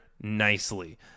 nicely